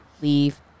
leave